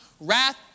Wrath